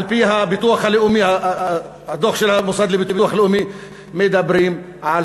על-פי הדוח של המוסד לביטוח הלאומי מדברים על